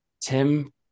Tim